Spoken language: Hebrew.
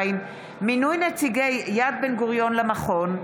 2) (מינוי נציגי יד בן-גוריון למכון),